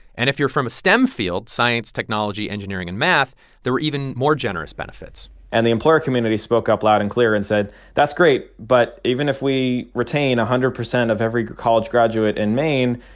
and if you're from a stem field science, technology, engineering and math there were even more generous benefits and the employer community spoke up loud and clear and said that's great, but even if we retain a hundred percent of every college graduate in maine,